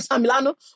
Milano